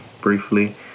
briefly